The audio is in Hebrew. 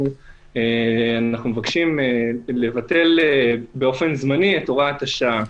אנחנו מבקשים לבטל באופן זמני את הוראת השעה.